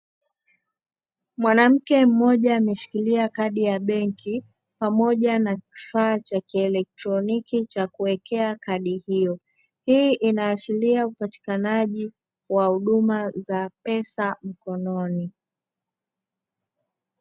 Mwanamke mmoja ameshikilia kadi ya benki pamoja na kifaa cha kieletroniki cha kuwekea kadi hiyo. Hii inaashiria upatikanaji wa huduma za pesa mkononi.